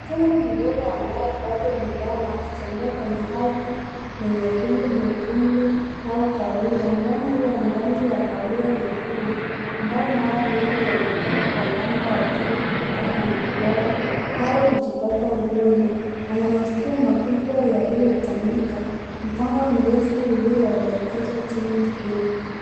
Tembo mdogo ambaye bado ni ndama akitembea kwenye ardhi yenye udongo na mwekundu au kahawia ndama huyu ana rangi ya kahawia nyekundu ambao mara nyingi uonekana kwa ndama wa tembo kutokana na kuoga au kujipaka udongo ana maskio makubwa yaliyotanyuka mkono mrefu ulioelekezwa chini kidogo.